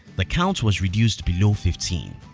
the count was reduced below fifteen.